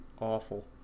awful